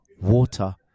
water